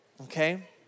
okay